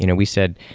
you know we said,